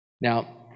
Now